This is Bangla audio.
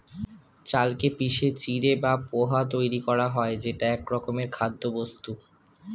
চালকে পিষে চিঁড়ে বা পোহা তৈরি করা হয় যেটা একরকমের খাদ্যবস্তু